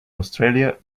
australia